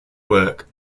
work